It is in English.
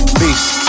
beast